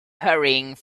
hurrying